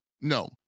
No